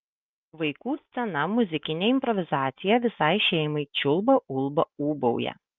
vaikų scena muzikinė improvizacija visai šeimai čiulba ulba ūbauja